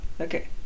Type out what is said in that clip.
Okay